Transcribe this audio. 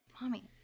Mommy